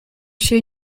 się